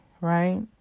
right